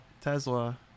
Tesla